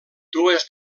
dues